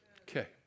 Okay